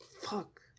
Fuck